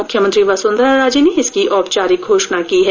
मुख्यमंत्री वसुन्धरा राजे ने इसकी औपचारिक घोषणा की है